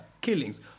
killings